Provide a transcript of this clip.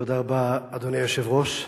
תודה רבה, אדוני היושב-ראש.